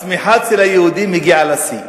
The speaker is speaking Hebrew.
הצמיחה אצל היהודים הגיעה לשיא.